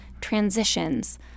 transitions